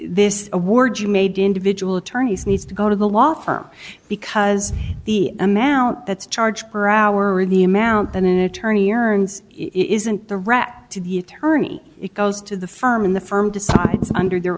this award you made individual attorneys needs to go to the law firm because the amount that's charge per hour of the amount than an attorney earns isn't the rat to the attorney it goes to the firm in the firm decides under their